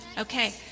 Okay